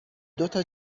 دوتا